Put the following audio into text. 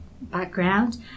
background